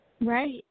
Right